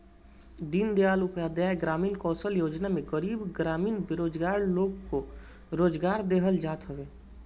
दीनदयाल उपाध्याय ग्रामीण कौशल्य योजना में गरीब ग्रामीण बेरोजगार लोग को रोजगार देहल जात हवे